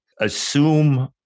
assume